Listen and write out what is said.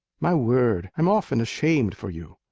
my word! i'm often ashamed for you.